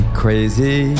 crazy